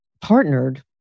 partnered